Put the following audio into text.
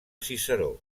ciceró